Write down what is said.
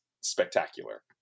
spectacular